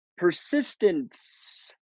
persistence